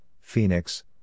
Phoenix